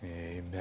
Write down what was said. Amen